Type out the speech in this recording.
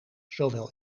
zowel